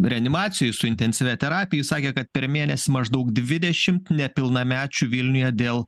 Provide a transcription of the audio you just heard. reanimacijoj su intensyvia terapija ji sakė kad per mėnesį maždaug dvidešim nepilnamečių vilniuje dėl